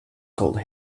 called